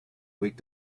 week